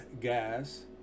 gas